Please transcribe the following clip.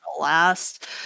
last